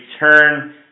return